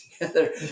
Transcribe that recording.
Together